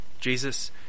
Jesus